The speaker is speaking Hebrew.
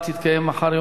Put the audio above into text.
נתקבלה.